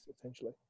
essentially